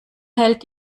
hält